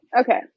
Okay